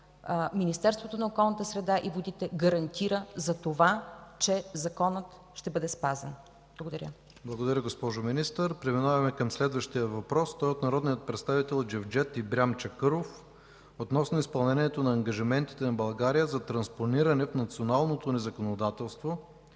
Министерството на околната среда и водите гарантира, че законът ще бъде спазен. Благодаря. ПРЕДСЕДАТЕЛ ИВАН К. ИВАНОВ: Благодаря, госпожо Министър. Преминаваме към следващия въпрос. Той е от народния представител Джевдет Ибрям Чакъров относно изпълнението на ангажиментите на България за транспонирането в националното ни законодателство